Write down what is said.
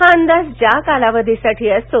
हा अंदाज ज्या कालावधीसाठी असतो